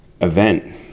event